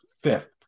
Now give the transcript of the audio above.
fifth